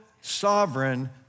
sovereign